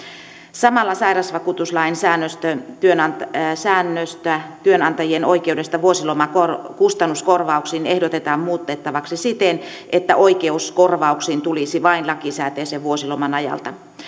samalla sairausvakuutuslain säännöstä työnantajien säännöstä työnantajien oikeudesta vuosilomakustannuskorvauksiin ehdotetaan muutettavaksi siten että oikeus korvauksiin tulisi vain lakisääteisen vuosiloman ajalta